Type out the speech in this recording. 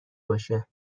باشه